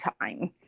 time